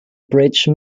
bridge